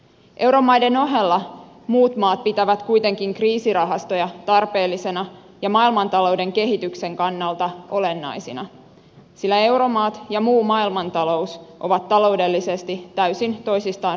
euromaiden ohella muut maat pitävät kuitenkin kriisirahastoja tarpeellisina ja maailmantalouden kehityksen kannalta olennaisina sillä euromaat ja muu maailmantalous ovat taloudellisesti täysin toisistaan riippuvaisia